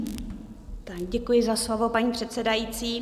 Děkuji za slovo, paní předsedající.